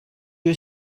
you